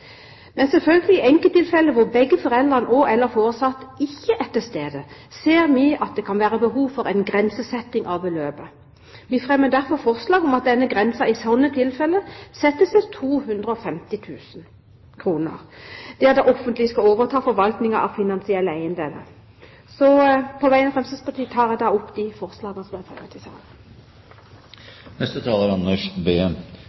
Men selvfølgelig: I enkelttilfeller hvor begge foreldrene og/eller foresatte ikke er til stede, ser vi at det kan være behov for en grensesetting av beløpet. Vi fremmer derfor forslag om at denne grensen i tilfeller der det offentlige skal overta forvaltningen av finansielle eiendeler, settes til 250 000 kr. På vegne av Fremskrittspartiet tar jeg opp de forslagene som er